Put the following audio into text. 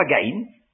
again